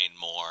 more